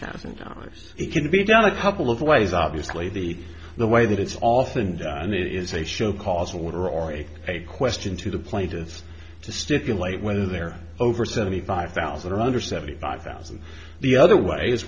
thousand dollars it can be done a couple of ways obviously the the way that it's often and it is a show cause a winner or a a question to the plaintiffs to stipulate whether they're over seventy five thousand or under seventy five thousand the other way